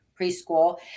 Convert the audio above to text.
preschool